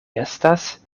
estas